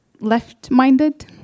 left-minded